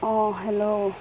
অঁ হেল্ল'